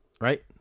right